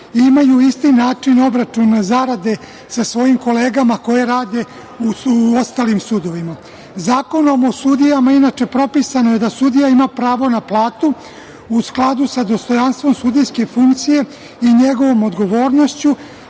imaju isti način obračuna zarade sa svojim kolegama koji rade u ostalim sudovima. Zakonom o sudijama, inače, propisano je da sudija ima pravo na platu u skladu sa dostojanstvom sudijske funkcije i njegovom odgovornošću,